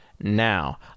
now